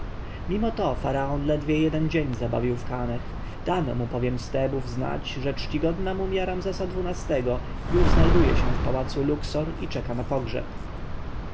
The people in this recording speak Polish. mimo to faraon ledwie jeden dzień zabawił w kaneh dano mu bowiem z tebów znać że czcigodna mumja ramzesa xii-go już znajduje się w pałacu luksor i czeka na pogrzeb